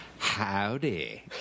Howdy